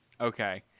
Okay